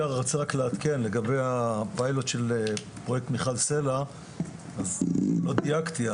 לגבי הפיילוט של פרוייקט מיכל סלה אני לא דייקתי,